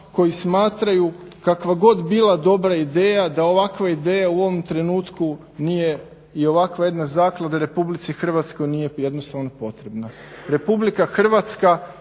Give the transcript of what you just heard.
koji smatraju kakva god bila dobra ideja, da ovakve ideje u ovom trenutku nije i ovakva jedna zaklada RH nije jednostavno potrebna. RH je država